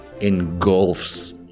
engulfs